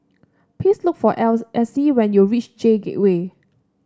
please look for L Essie when you reach J Gateway